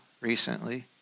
recently